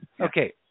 Okay